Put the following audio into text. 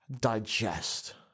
digest